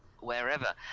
wherever